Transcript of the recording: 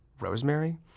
rosemary